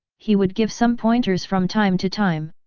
he would give some pointers from time to time.